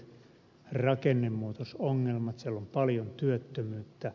siellä on paljon työttömyyttä